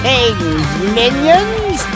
Minions